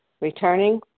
returning